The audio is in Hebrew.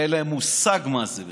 אין להם מושג מה זה בכלל.